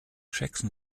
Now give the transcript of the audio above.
jackson